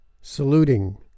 saluting